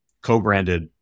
co-branded